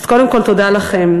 אז קודם כול, תודה לכם.